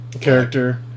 character